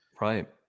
right